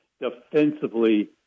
defensively